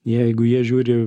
jeigu jie žiūri